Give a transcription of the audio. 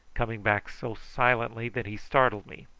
coming back so silently that he startled me.